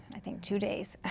i think two days.